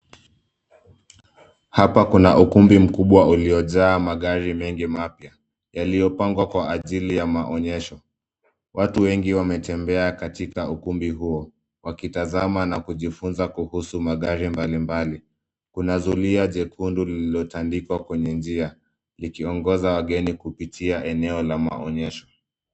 Hapa kuna ukumbi mkubwa uliojaa magari mengi mapya yaliopangwa kwa ajili maonyesho, watu wengine wametembea katika ukumbi huo wakitazama na kujifunza kuhusu magari mbali mbali, kuna zulia chekundu ilioandikwa kwenye njia liongoza wageni kupitia eneo la maonyesho.